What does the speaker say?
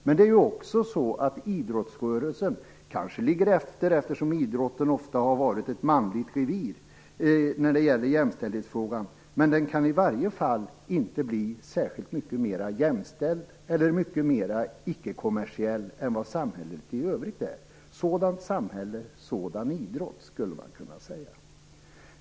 Men det är också så att idrottsrörelsen kanske ligger efter, eftersom idrotten ofta har varit ett manligt revir när det gäller jämställdhetsfrågan, men den kan i varje fall inte bli särskilt mycket mera jämställd eller mycket mera icke-kommersiell än vad samhället i övrigt är. Sådant samhälle, sådan idrott, skulle man kunna säga.